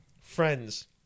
Friends